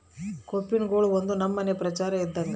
ಕೋಪಿನ್ಗಳು ಒಂದು ನಮನೆ ಪ್ರಚಾರ ಇದ್ದಂಗ